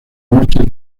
noche